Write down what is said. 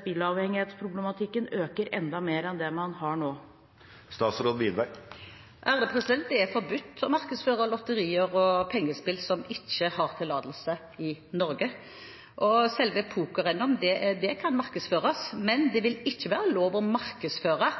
spillavhengighetsproblematikken øker enda mer enn den har gjort til nå? Det er forbudt å markedsføre lotterier og pengespill som ikke har tillatelse i Norge. Selve poker-NM kan markedsføres, men det vil ikke være lov å markedsføre